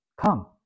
Come